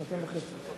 שנתיים וחצי.